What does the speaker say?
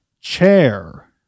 chair